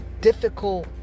difficult